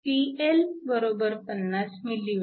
PL 50 mW